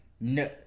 No